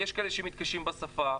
יש כאלה שמתקשים בשפה.